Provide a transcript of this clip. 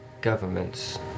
governments